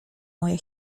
moja